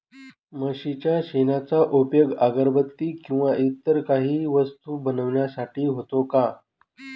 म्हशीच्या शेणाचा उपयोग अगरबत्ती किंवा इतर काही वस्तू बनविण्यासाठी होतो का?